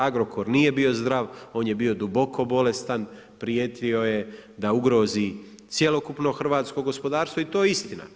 Agrokor nije bio zdrav, on je bio duboko bolestan, prijetio je da ugrozi cjelokupno hrvatsko gospodarstvo i to je istina.